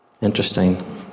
Interesting